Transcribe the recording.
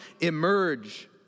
emerge